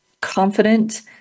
confident